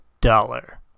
dollar